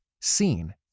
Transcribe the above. seen